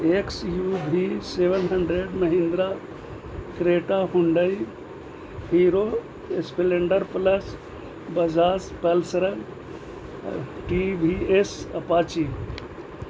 x U V seven hundred Mahindra Creta Hyundai Hero Splendor plus Bajaj Pulsar T V S Apache